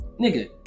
Nigga